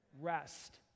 rest